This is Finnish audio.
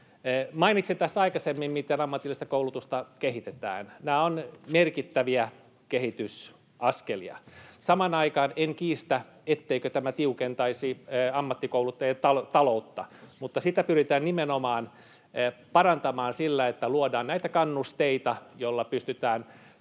Mainitsin tässä aikaisemmin, miten ammatillista koulutusta kehitetään. Nämä ovat merkittäviä kehitysaskelia. Samaan aikaan en kiistä, etteikö tämä tiukentaisi ammattikoulujen taloutta, mutta sitä pyritään parantamaan nimenomaan sillä, että luodaan näitä kannusteita, joilla pystytään